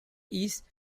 east